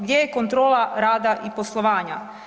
Gdje je kontrola rada i poslovanja?